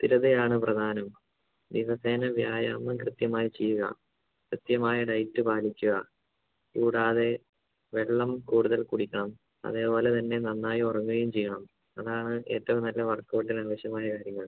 സ്ഥിരതയാണ് പ്രധാനം ദിവസേന വ്യായാമം കൃത്യമായി ചെയ്യുക കൃത്യമായ ഡയറ്റ് പാലിക്കുക കൂടാതെ വെള്ളം കൂടുതൽ കുടിക്കണം അതേപോലെത്തന്നെ നന്നായി ഉറങ്ങുകയും ചെയ്യണം അതാണ് ഏറ്റവും നല്ല വർക്കൗട്ടിന് ആവശ്യമായ കാര്യങ്ങൾ